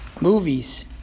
movies